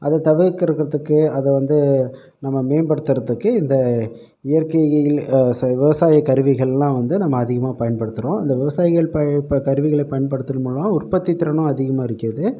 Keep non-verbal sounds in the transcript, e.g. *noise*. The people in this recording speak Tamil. அதை தவிர்க்கிறதுக்கு அதை வந்து நம்ம மேம்படுத்துவதுக்கு இந்த இயற்கை *unintelligible* விவசாய கருவிகளெலாம் வந்து நம்ம அதிகமாக பயன்படுத்துகிறோம் இந்த விவசாயிகள் ப கருவிகளை பயன்படுத்துகிற மூலம் உற்பத்தி திறனும் அதிகமாக இருக்கிறது